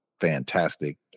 fantastic